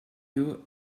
you